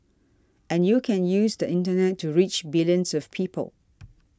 and you can use the Internet to reach billions of people